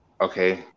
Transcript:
okay